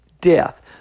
death